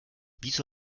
wieso